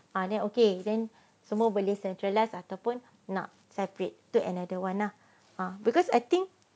ah then okay then so semua boleh centralised atau pun nak separate itu another one lah ah because I think